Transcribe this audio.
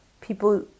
people